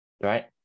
Right